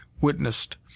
witnessed